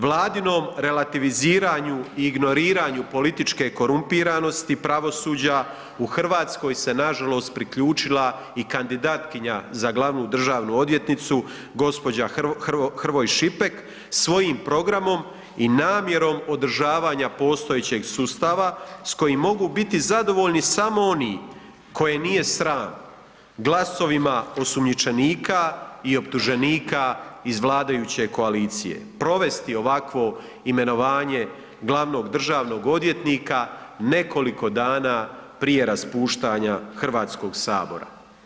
Vladinom relativiziranju i ignoriranju političke korumpiranosti pravosuđa u Hrvatskoj se nažalost priključila i kandidatkinja za glavnu državnu odvjetnicu gospođa Hrvoj Šipek svojim programom i namjerom održavanja postojećeg sustava s kojim mogu biti zadovoljni samo oni koje nije sram glasovima osumnjičenika i optuženika iz vladajuće koalicije provesti ovakvo imenovanje glavnog državnog odvjetnika nekoliko dana prije raspuštanja Hrvatskog sabora.